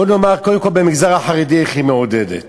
בוא נאמר קודם כול איך היא מעודדת